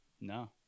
No